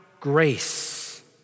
grace